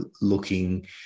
looking